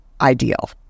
ideal